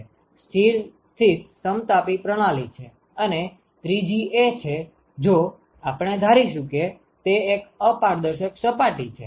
સ્થિર સ્થિત સમતાપી પ્રણાલી છે અને 3 જી એ છે જો આપણે ધારીશું કે તે એક અપારદર્શક સપાટી છે